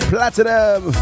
Platinum